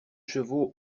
chevaux